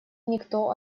никто